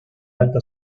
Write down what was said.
alta